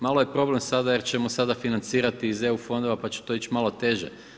Malo je problem sada jer ćemo sada financirati iz eu fondova pa će to ići malo teže.